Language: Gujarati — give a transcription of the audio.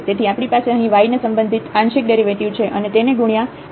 તેથી આપણી પાસે અહીં y ને સંબંધિત આંશિક ડેરિવેટિવ છે અને તેને ગુણ્યાં dydt